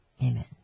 Amen